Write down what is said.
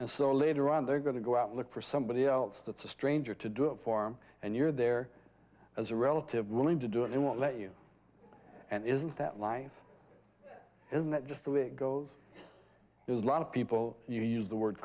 and so later on they're going to go out look for somebody else that's a stranger to do it for him and you're there as a relative willing to do it and won't let you and isn't that life isn't that just the way it goes there's a lot of people who use the word